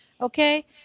Okay